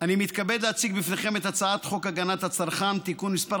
אני מתכבד להציג בפניכם את הצעת חוק הגנת הצרכן (תיקון מס'